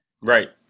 Right